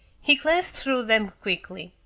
he glanced through them quickly.